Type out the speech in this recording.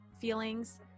feelings